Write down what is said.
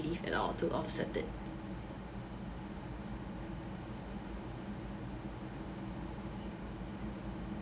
leave to offset it